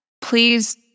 please